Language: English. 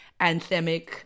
anthemic